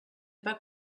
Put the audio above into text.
pas